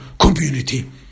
community